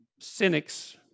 cynics